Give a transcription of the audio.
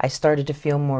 i started to feel more